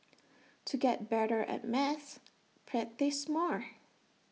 to get better at maths practise more